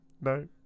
No